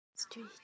Street